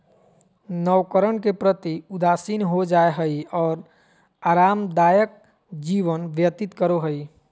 नवकरण के प्रति उदासीन हो जाय हइ और आरामदायक जीवन व्यतीत करो हइ